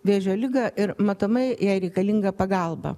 vėžio ligą ir matomai jai reikalinga pagalba